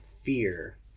fear